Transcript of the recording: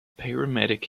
paramedic